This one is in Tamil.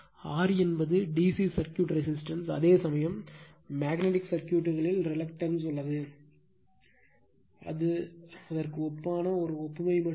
R என்பது DC சர்க்யூட் ரெசிஸ்டன்ஸ் அதேசமயம் மேக்னட்டிக் சர்க்யூட்களில் ரிலக்டன்ஸ் உள்ளது அது அதற்கு ஒப்பான ஒரு ஒப்புமை மட்டுமே